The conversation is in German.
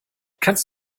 kannst